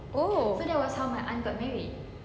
oh